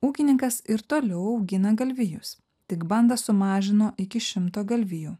ūkininkas ir toliau augina galvijus tik bandą sumažino iki šimto galvijų